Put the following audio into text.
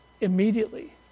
immediately